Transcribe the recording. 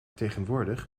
tegenwoordig